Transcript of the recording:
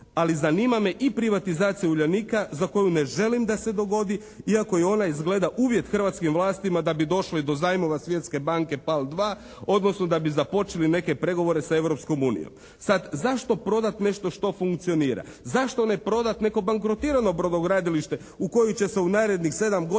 ali zanima me i privatizacija "Uljanika" za koju ne želim da se dogodi, iako i ona izgleda hrvatskim vlastima da bi došlo do zajmova Svjetske banke "PAL 2" odnosno da bi započeli neke pregovore sa Europskom unijom. Sad zašto prodati nešto što funkcionira? Zašto ne prodati neko bankrotirano brodogradilište u koji će se u narednih 7 godina